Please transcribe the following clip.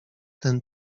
ten